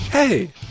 Hey